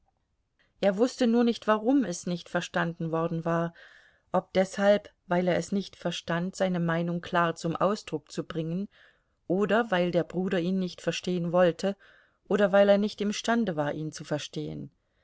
er wußte nur nicht warum es nicht verstanden worden war ob deshalb weil er es nicht verstand seine meinung klar zum ausdruck zu bringen oder weil der bruder ihn nicht verstehen wollte oder weil er nicht imstande war ihn zu verstehen